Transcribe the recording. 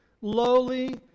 lowly